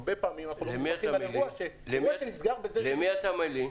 הרבה פעמים אנחנו לא מדווחים על אירוע שנסגר -- למי אתה מלין?